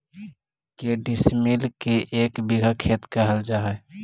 के डिसमिल के एक बिघा खेत कहल जा है?